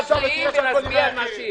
זה נכון מה שהוא אומר.